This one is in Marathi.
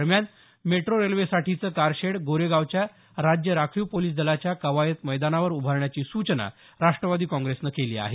दरम्यान मेट्रो रेल्वेसाठीचं कारशेड गोरेगावच्या राज्य राखीव पोलिस दलाच्या कवायत मैदानावर उभारण्याची सूचना राष्ट्रवादी काँग्रेसनं केली आहे